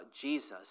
Jesus